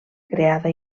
creada